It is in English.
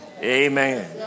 amen